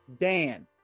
Dan